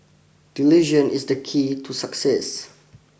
delusion is the key to success